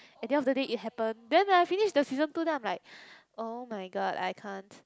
at the end of the day it happen then I finish the season two then I'm like oh-my-god I can't